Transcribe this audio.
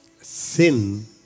Sin